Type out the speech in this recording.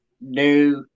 new